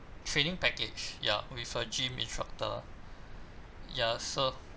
training package ya with a gym instructor ya so